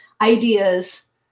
ideas